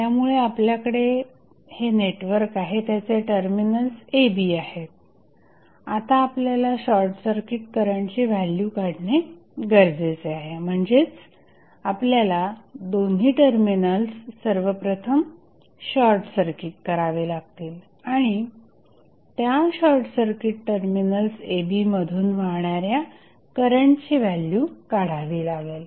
त्यामुळे आपल्याकडे हे नेटवर्क आहे त्याचे टर्मिनल्स a b आहेत आता आपल्याला शॉर्टसर्किट करंटची व्हॅल्यू काढणे गरजेचे आहे म्हणजेच आपल्याला दोन्ही टर्मिनल्स सर्वप्रथम शॉर्टसर्किट करावे लागतील आणि त्या शॉर्टसर्किट टर्मिनल्स a b मधून वाहणाऱ्या करंटची व्हॅल्यू काढावी लागेल